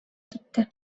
gitti